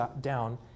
down